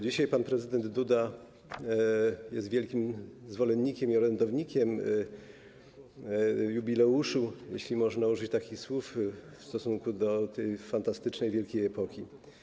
Dzisiaj pan prezydent Duda jest wielkim zwolennikiem i orędownikiem jubileuszu, jeśli można użyć takich słów w stosunku do tej fantastycznej, wielkiej epoki.